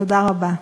תודה רבה.